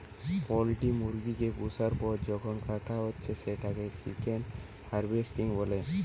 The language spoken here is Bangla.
পোল্ট্রি মুরগি কে পুষার পর যখন কাটা হচ্ছে সেটাকে চিকেন হার্ভেস্টিং বলে